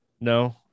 No